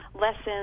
lessons